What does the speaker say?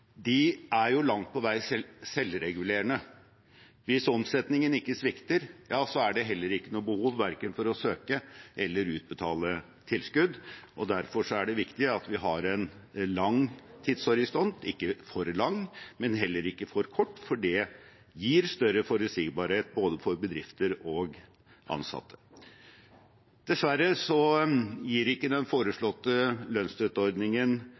er langt på vei selvregulerende. Hvis omsetningen ikke svikter, er det heller ikke noe behov for verken å søke om eller utbetale tilskudd. Derfor er det viktig at vi har en lang tidshorisont – ikke for lang, men heller ikke for kort – for det gir større forutsigbarhet både for bedrifter og for ansatte. Dessverre gir ikke den foreslåtte lønnsstøtteordningen